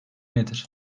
nedir